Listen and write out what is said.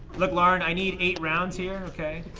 look, lauren, i need eight rounds here, ok?